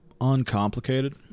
uncomplicated